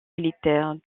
militaires